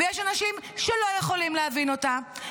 ויש אנשים שלא יכולים להבין אותה.